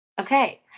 Okay